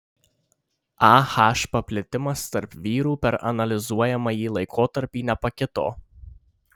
ah paplitimas tarp vyrų per analizuojamąjį laikotarpį nepakito